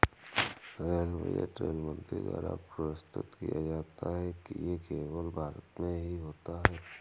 rail budget rail मंत्री द्वारा प्रस्तुत किया जाता है ये केवल भारत में ही होता है